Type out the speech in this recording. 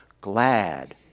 glad